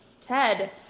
Ted